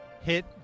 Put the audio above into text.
hit